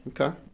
okay